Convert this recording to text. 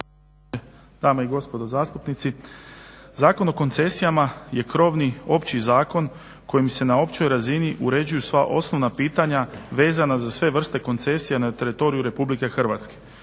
Dame i gospodo zastupnici, Zakon o koncesijama je krovni, opći zakon kojim se na općoj razini uređuju sva osnovna pitanja vezana za sve vrste koncesija na teritoriju Republike Hrvatske.